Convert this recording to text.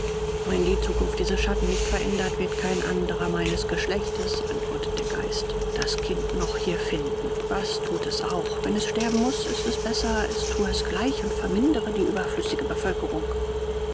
wenn die zukunft diese schatten nicht verändert wird kein anderer meines geschlechtes antwortete der geist das kind noch hier finden was thut es auch wenn es sterben muß ist es besser es thue es gleich und vermindere die überflüssige bevölkerung